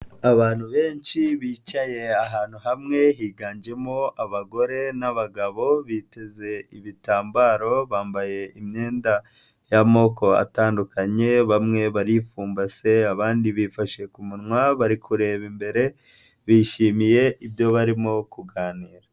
Abantu benshi bicaye ahantu hamwe, higanjemo abagore n'abagabo, biteze ibitambaro, bambaye imyenda y'amoko atandukanye, bamwe baripfumbase abandi bifashe ku munwa bari kureba imbere bishimiye ibyo barimo kuganira.